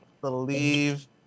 believe